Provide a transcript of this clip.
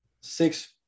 six